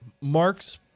Mark's